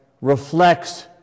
reflects